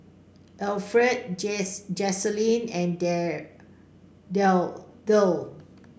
Alferd Jacalyn and Derl